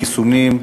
חיסונים,